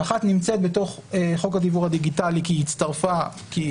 שאחת נמצאת בתוך חוק הדיוור הדיגיטלי כי היא הצטרפה כי היא